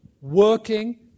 working